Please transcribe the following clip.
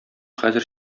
хәзер